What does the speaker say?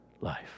life